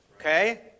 Okay